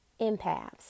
empaths